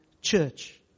church